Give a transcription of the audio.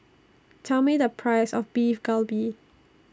Tell Me The Price of Beef Galbi